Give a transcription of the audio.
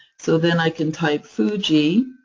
so then i can type fuji.